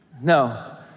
no